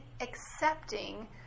accepting